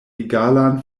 egalan